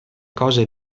cose